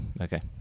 Okay